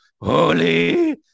Holy